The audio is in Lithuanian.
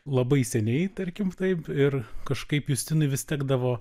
labai seniai tarkim taip ir kažkaip justinui vis tekdavo